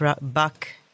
back